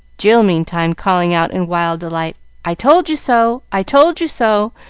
jill meantime calling out, in wild delight i told you so! i told you so!